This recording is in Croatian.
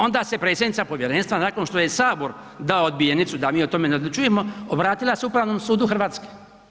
Onda se predsjednica povjerenstva nakon što je Sabor dao odbijenicu da mi o tome ne odlučujemo obratila se Upravnom sudu Hrvatske.